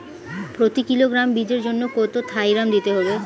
প্রতি কিলোগ্রাম বীজের জন্য কত থাইরাম দিতে হবে?